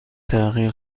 تأخیر